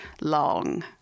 Long